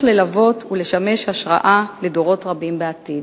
ללוות ולשמש השראה לדורות רבים בעתיד.